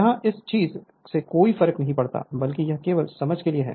यहां इस चीज से कोई फर्क नहीं पड़ता है बल्कि यह केवल समझ के लिए है